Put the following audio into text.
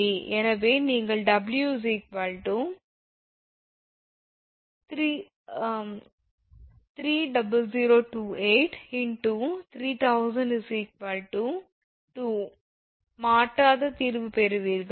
எனவே நீங்கள் 𝑊 × 30028 × 3000 2 க்கு மாற்றாக தீர்வு பெறுவீர்கள்